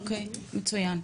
אוקי, מצוין.